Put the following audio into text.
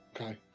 Okay